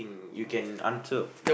you can answer